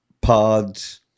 pods